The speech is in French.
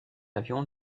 avions